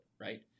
right